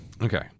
Okay